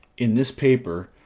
in this paper,